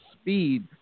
speed